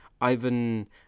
Ivan